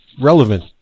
relevant